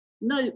No